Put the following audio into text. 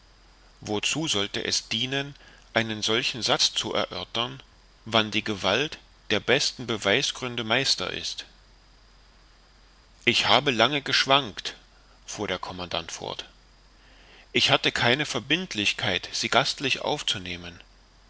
wozu sollte es dienen einen solchen satz zu erörtern wann die gewalt der besten beweisgründe meister ist ich habe lange geschwankt fuhr der commandant fort ich hatte keine verbindlichkeit sie gastlich aufzunehmen